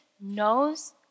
knows